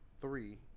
three